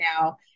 now